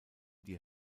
die